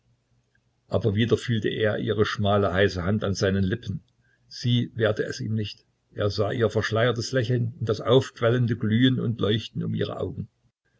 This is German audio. aber wieder fühlte er ihre schmale heiße hand an seinen lippen sie wehrte es ihm nicht er sah ihr verschleiertes lächeln und das aufquellende glühen und leuchten um ihre augen